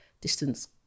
distance